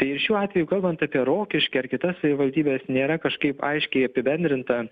ir šiuo atveju kalbant apie rokiškį ar kitas savivaldybes nėra kažkaip aiškiai apibendrinta